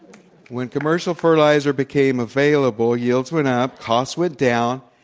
when commercial fertilizer became avai lable, yields went up, costs went down,